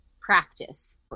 practice